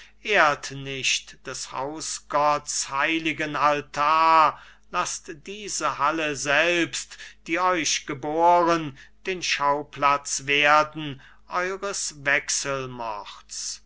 ehrt nicht des hausgotts heiligen altar laßt diese halle selbst die euch geboren den schauplatz werden eines